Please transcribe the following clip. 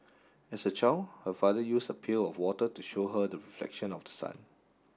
as a child her father used a pail of water to show her the reflection of the sun